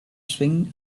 swing